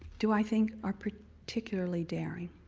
do i think are particularly daring?